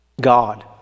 God